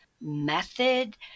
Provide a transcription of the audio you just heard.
method